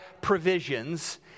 provisions